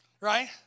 Right